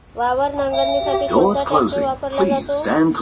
वावर नांगरणीसाठी कोणता ट्रॅक्टर वापरला जातो?